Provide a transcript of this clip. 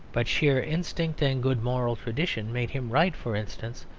but sheer instinct and good moral tradition made him right, for instance,